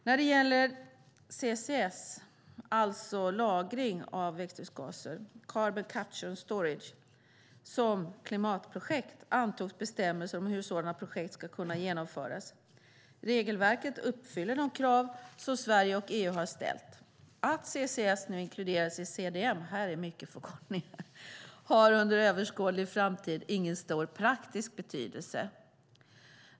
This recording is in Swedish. När det gäller CCS, carbon capture and storage, alltså lagring av växthusgaser, som klimatprojekt antogs bestämmelser om hur sådana projekt ska kunna genomföras. Regelverket uppfyller de krav som Sverige och EU har ställt. Att CCS nu inkluderas i CDM - här är det många förkortningar - har under överskådlig framtid ingen stor praktisk betydelse.